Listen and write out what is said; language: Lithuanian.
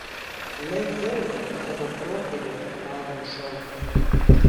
lai dzeuso savo protėvio pagalbos šaukiasi